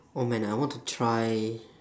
oh man I want to try